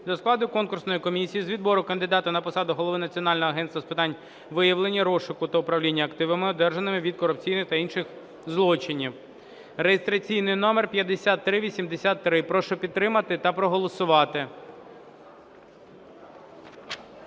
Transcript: до складу конкурсної комісії з відбору кандидата на посаду Голови Національного агентства з питань виявлення, розшуку та управління активами, одержаними від корупційних та інших злочинів (реєстраційний номер 5383). Прошу підтримати та проголосувати.